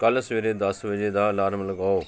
ਕੱਲ੍ਹ ਸਵੇਰੇ ਦਸ ਵਜੇ ਦਾ ਅਲਾਰਮ ਲਗਾਓ